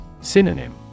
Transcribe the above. Synonym